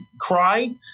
cry